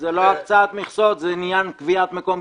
זה לא הקצאת מכסות, זה עניין קביעת מקום גידול.